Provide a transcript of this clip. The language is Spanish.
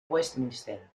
westminster